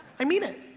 i mean it,